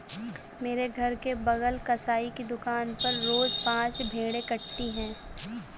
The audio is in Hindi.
मेरे घर के बगल कसाई की दुकान पर रोज पांच भेड़ें कटाती है